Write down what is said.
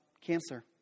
cancer